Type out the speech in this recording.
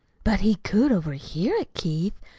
but he could overhear it, keith.